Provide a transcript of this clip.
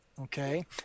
Okay